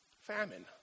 Famine